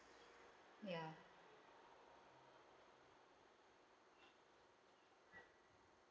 ya